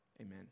Amen